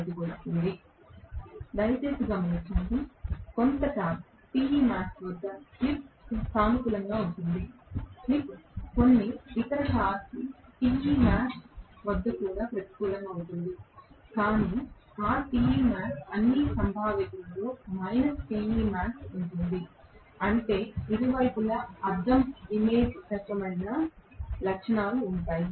దయచేసి గమనించండి కొంత టార్క్ Temax వద్ద స్లిప్ సానుకూలంగా ఉంటుంది స్లిప్ కొన్ని ఇతర టార్క్ Temax వద్ద కూడా ప్రతికూలంగా ఉంటుంది కానీ ఆ Temax అన్ని సంభావ్యతలో మైనస్ Temax ఉంటుంది అంటే ఇరువైపులా అద్దం ఇమేజ్ రకమైన లక్షణాలు ఉంటాయి